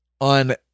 on